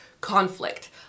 conflict